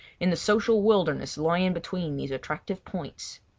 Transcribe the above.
in the social wilderness lying between these attractive points.